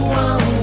one